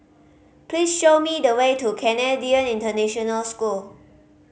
please show me the way to Canadian International School